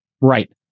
Right